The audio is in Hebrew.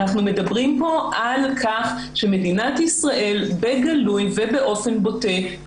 אנחנו מדברים פה על כך שמדינת ישראל בגלוי ובאופן בוטה,